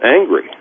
angry